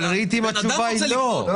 בריטים התשובה היא לא.